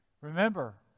Remember